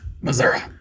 Missouri